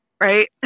right